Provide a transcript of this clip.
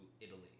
Italy